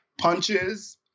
punches